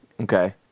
Okay